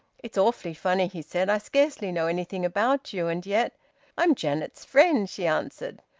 it's awfully funny, he said. i scarcely know anything about you, and yet i'm janet's friend! she answered.